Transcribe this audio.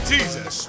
Jesus